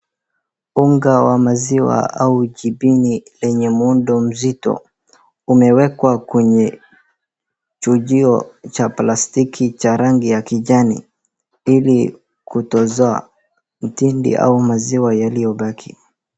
Unga wa maziwa au jibini lenye muundo mzito umewekwa kwenye chujio cha plastiki cha rangi ya kijani ili kutoza mtindi au maziwa yaliyobaki.